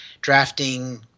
drafting